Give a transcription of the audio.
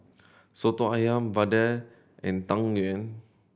Soto Ayam vadai and Tang Yuen